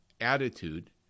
attitude